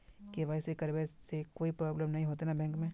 KYC करबे से कोई प्रॉब्लम नय होते न बैंक में?